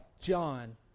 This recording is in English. John